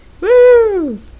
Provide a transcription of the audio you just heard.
Woo